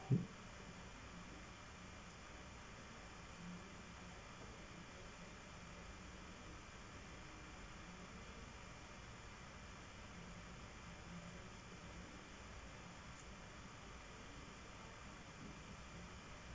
hmm